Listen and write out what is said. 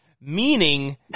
meaning